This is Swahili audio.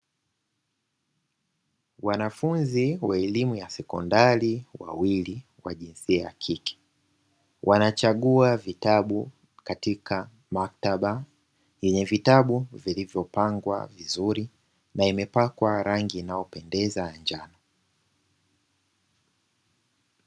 Wanafunzi wa elimu ya sekondari wawili wa jinsia ya kike, wanachagua vitabu katika maktaba yenye vitabu vilivyopangwa vizuri na imepakwa rangi inayopendeza ya njano.